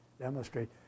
demonstrate